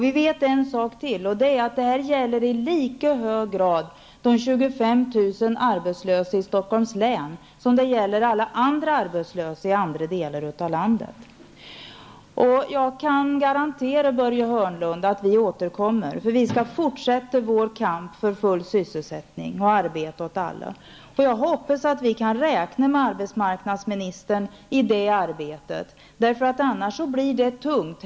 Vi vet en sak till, och det är att det gäller i lika hög grad de 25 000 arbetslösa i Stockholms län som de arbetslösa i alla andra delar av landet. Jag kan garantera Börje Hörnlund att vi återkommer -- vi skall fortsätta vår kamp för full sysselsättning och arbete åt alla. Jag hoppas att vi kan räkna med arbetsmarknadsministern i det arbetet. Annars blir det tungt.